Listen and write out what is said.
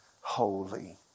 holy